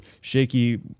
shaky